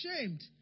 shamed